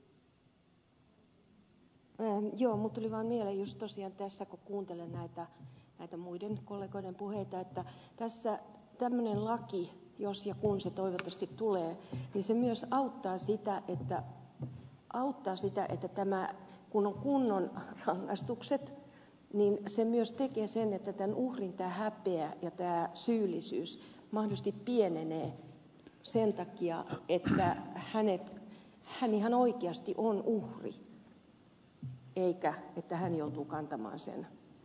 minulle tuli vain juuri tosiaan tässä mieleen kun kuuntelin näitä muiden kollegoiden puheita että tämmöinen laki jos ja kun se toivottavasti tulee myös auttaa sitä että tämä kun on kunnon rangaistukset myös tekee sen että tämän uhrin häpeä ja syyllisyys mahdollisesti pienenevät sen takia että hän ihan oikeasti on uhri eikä hän joudu kantamaan sen